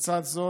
לצד זאת,